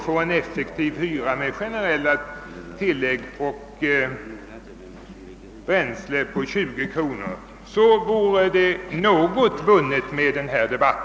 med en effektiv hyra — med generella tillägg och bränsletillägg — på 20 kronor per m?, vore något vunnet med denna debatt.